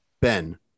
Ben